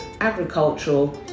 agricultural